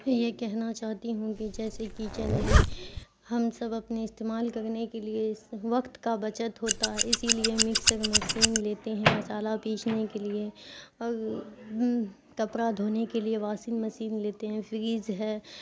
یہ کہنا چاہتی ہوں کہ جیسے کچن میں ہم سب اپنے استعمال کرنے کے لیے وقت کا بچت ہوتا ہے اسی لیے مکسر مشین لیتے ہیں مسالہ پیسنے کے لیے اور کپڑا دھونے کے لیے واشنگ مشین لیتے ہیں فریج ہے